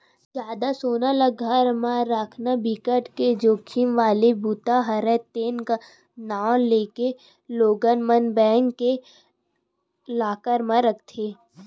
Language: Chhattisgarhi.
जादा सोना ल घर म राखना बिकट के जाखिम वाला बूता हरय ते नांव लेके लोगन मन बेंक के लॉकर म राखथे